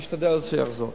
אני אשתדל שיחזור.